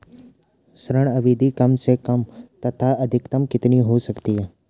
ऋण अवधि कम से कम तथा अधिकतम कितनी हो सकती है?